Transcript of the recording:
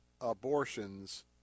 abortions